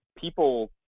people